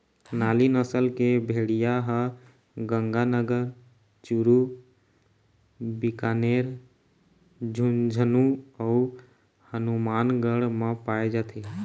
नाली नसल के भेड़िया ह गंगानगर, चूरू, बीकानेर, झुंझनू अउ हनुमानगढ़ म पाए जाथे